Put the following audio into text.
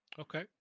okay